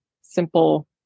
simple